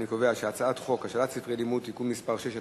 אני קובע שהצעת חוק השאלת ספרי לימוד (תיקון מס' 6),